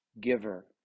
giver